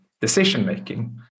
decision-making